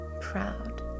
proud